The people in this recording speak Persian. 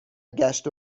گشت